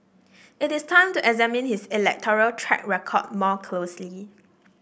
it is time to examine his electoral track record more closely